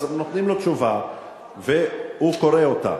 אז נותנים לו תשובה והוא קורא אותה.